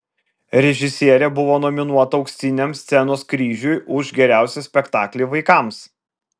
režisierė buvo nominuota auksiniam scenos kryžiui už geriausią spektaklį vaikams